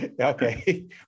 Okay